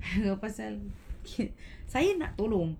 pasal saya nak tolong